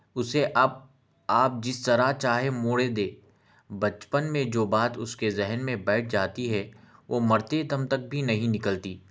اسے اپ آپ جس طرح چاہے موڑے دے بچپن میں جو بات اس کے ذہن میں بیٹھ جاتی ہے وہ مرتے دم تک بھی نہیں نکلتی